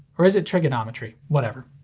or is it trigonometry? whatever.